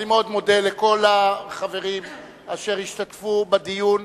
אני מאוד מודה לכל החברים אשר השתתפו בדיון,